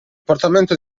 portamento